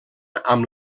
amb